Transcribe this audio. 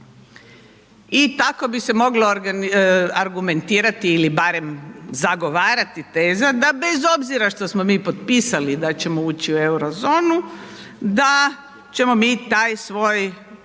i tako bi se moglo argumentirati ili barem zagovarati teza da bez obzira što smo mi potpisali da ćemo ući u Eurozonu da ćemo mi taj svoj